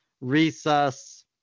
recess